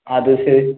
அது செ